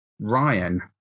Ryan